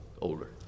older